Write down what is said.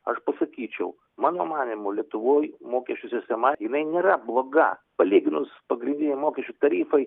aš pasakyčiau mano manymu lietuvoj mokesčių sistema jinai nėra bloga palyginus pagrindiniai mokesčių tarifai